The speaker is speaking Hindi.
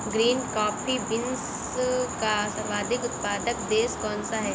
ग्रीन कॉफी बीन्स का सर्वाधिक उत्पादक देश कौन सा है?